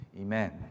Amen